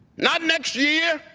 not next year.